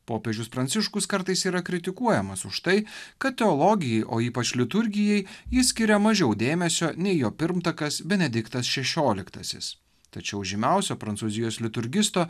popiežius pranciškus kartais yra kritikuojamas už tai kad teologijai o ypač liturgijai jis skiria mažiau dėmesio nei jo pirmtakas benediktas šešioliktasis tačiau žymiausio prancūzijos liturgisto